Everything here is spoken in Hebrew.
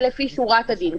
זה לפי שורת הדין,